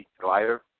glider